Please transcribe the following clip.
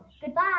Goodbye